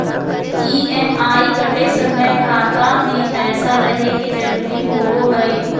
EMI कटे समय खाता मे पैसा रहे के जरूरी होवो हई